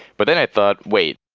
but then i thought, wait,